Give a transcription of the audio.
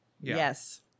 yes